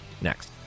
next